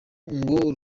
ngo